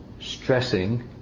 stressing